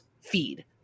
feed